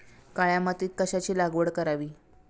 काळ्या मातीत कशाची लागवड करावी?